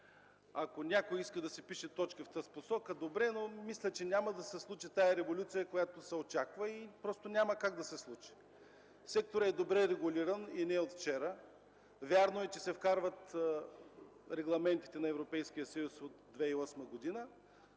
Ако някой иска да си пише точки в тази посока – добре, но мисля, че няма да се случи тази революция, която се очаква. Няма как да се случи! Секторът е добре регулиран и не от вчера. Вярно е, че се вкарват регламентите на Европейския съюз от 2008 г.